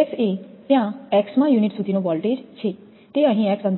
એ ત્યાં x મા unit સુધીનો વોલ્ટેજ છે તે અહીં x અંતર પર છે